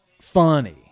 funny